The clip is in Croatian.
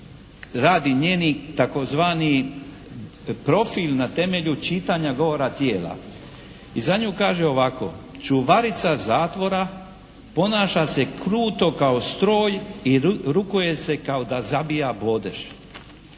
radi njenih tzv. profil na temelju čitanja govora tijela i za nju kaže ovako: "Čuvarica zatvora ponaša se kruto kao stroj i rukuje se kao da zabija bodež."